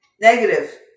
Negative